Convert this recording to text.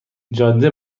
جاده